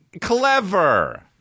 clever